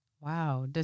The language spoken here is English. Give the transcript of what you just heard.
Wow